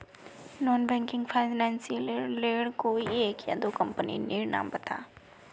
Non banking financial लेर कोई एक या दो कंपनी नीर नाम बता?